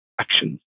actions